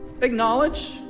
acknowledge